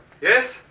Yes